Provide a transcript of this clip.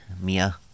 Mia